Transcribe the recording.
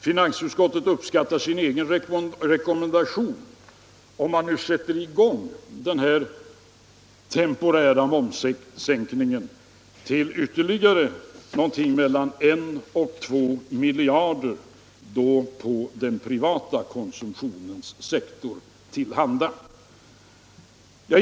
Finansutskottet uppskattar sin egen rekommendation —- om man verkligen sätter i gång den här temporära momssänkningen -— till ytterligare någonting mellan en och två miljarder, att då komma den privata konsumtionssektorn till handa.